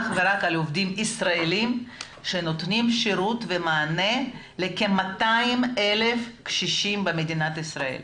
עובדים ישראלים שנותנים שירות ומענה לכ-200,000 קשישים במדינת ישראל.